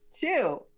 two